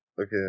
okay